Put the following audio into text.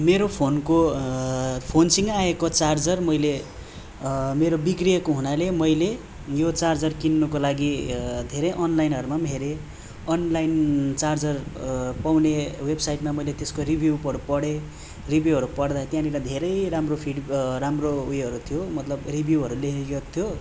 मेरो फोनको फोनसितै आएको चार्जर मैले मेरो बिग्रिएको हुनाले मैले यो चार्जर किन्नुको लागि धेरै अनलाइनहरूमा पनि हेरेँ अनलाइन चार्जर पाउने वेभसाइटमा मैले त्यसको रिभ्यूहरू पढेँ रिभ्यूहरू पढ्दा त्यहाँनिर धेरै राम्रो फिड राम्रो उयोहरू थियो मतलब रिभ्यूहरू लेखेको थियो